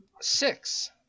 Six